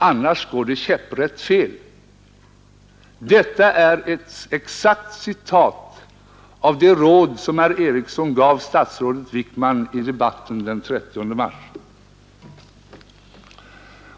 Annars går det käpprätt fel.” Detta är ett exakt citat av det råd som herr Ericsson gav statsrådet Wickman i debatten den 30 mars.